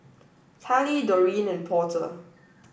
Tallie Doreen and Porter